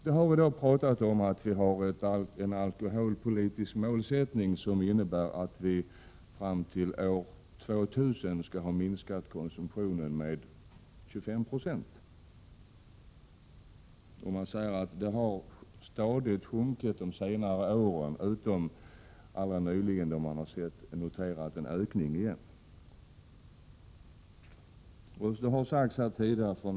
Vi hari dag pratat om att vi har en alkoholpolitisk målsättning som innebär att vi fram till år 2000 skall ha minskat konsumtionen med 25 26. Man säger att konsumtionen stadigt har sjunkit de senaste åren — utom möjligen alldeles nyligen, då man har noterat en ökning igen.